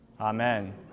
Amen